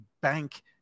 bank